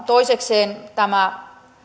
toisekseen tämä